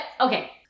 okay